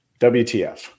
WTF